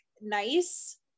nice